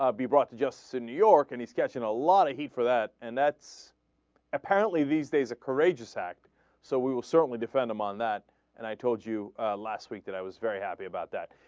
ah be brought to justice in new york and it's getting a lot of heat for that and that's apparently these days a courageous act so we will certainly defend them on that and i told you at last week that i was very happy about that